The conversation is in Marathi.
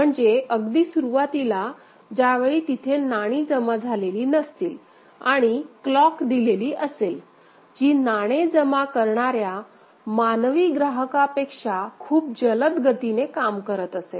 म्हणजे अगदी सुरुवातीला ज्यावेळी तिथे नाणी जमा झालेली नसतील आणि क्लॉक दिलेली असेल जी नाणे जमा करणाऱ्या मानवी ग्राहका पेक्षा खूप जलद गतीने काम करत असेल